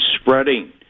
spreading